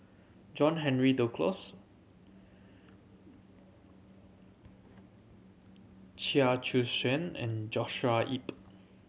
John Henry Duclos Chia Choo Suan and Joshua Ip